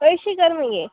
अयशी कर मगे